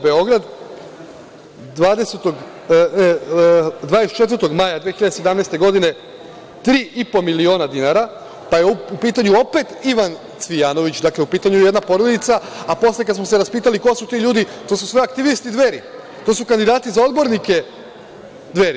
Beograd 24. maja 2017. godine tri i po miliona dinara, pa je u pitanju opet Ivan Cvijanović, dakle, u pitanju je jedna porodica, a posle kada smo se raspitali ko su ti ljudi, to su sve aktivisti Dveri, to su kandidati za odbornike Dveri.